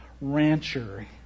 rancher